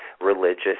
Religious